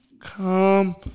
come